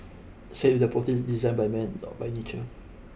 cellular proteins designed by man not by nature